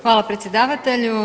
Hvala predsjedavatelju.